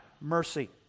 mercy